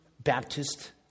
Baptist